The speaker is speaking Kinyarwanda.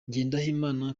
ngendahimana